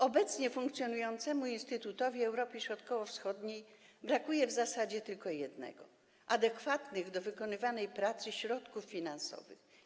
Obecnie funkcjonującemu Instytutowi Europy Środkowo-Wschodniej w zasadzie brakuje tylko jednego: adekwatnych do wykonywanej pracy środków finansowych.